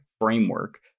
framework